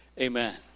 Amen